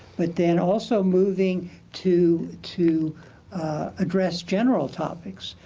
but then also moving to to address general topics.